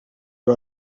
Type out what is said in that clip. you